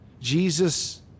Jesus